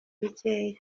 bukeya